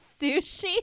sushi